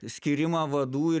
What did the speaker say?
skyrimą vadų ir